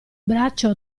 braccio